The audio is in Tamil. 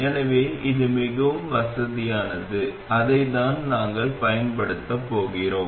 எனவே இது மிகவும் வசதியானது அதைத்தான் நாங்கள் பயன்படுத்தப் போகிறோம்